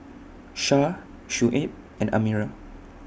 Syah Shuib and Amirah